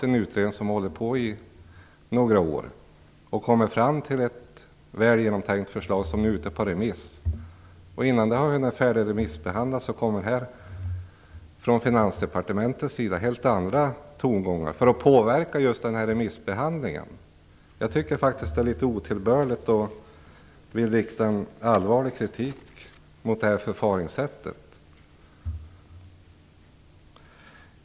En utredning har arbetat i några år och kommit fram till ett väl genomtänkt förslag som är ute på remiss. Innan man har hunnit färdigremissbehandla förslaget kommer det helt andra tongångar från Finansdepartementets sida. Man vill påverka remissbehandlingen. Jag tycker att det är otillbörligt och vill rikta allvarlig kritik mot detta förfaringssätt.